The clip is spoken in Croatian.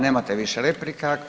Nemate više replika.